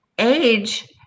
age